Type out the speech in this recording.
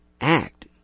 act